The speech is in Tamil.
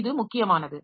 இது முக்கியமானது